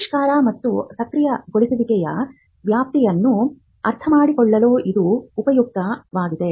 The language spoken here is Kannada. ಆವಿಷ್ಕಾರ ಮತ್ತು ಸಕ್ರಿಯಗೊಳಿಸುವಿಕೆಯ ವ್ಯಾಪ್ತಿಯನ್ನು ಅರ್ಥಮಾಡಿಕೊಳ್ಳಲು ಇದು ಉಪಯುಕ್ತವಾಗಿದೆ